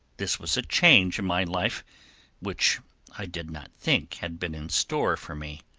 this was a change in my life which i did not think had been in store for me.